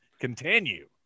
continue